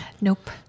Nope